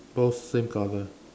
both same colour